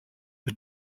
are